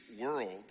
world